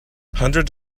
hundreds